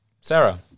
Sarah